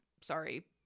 sorry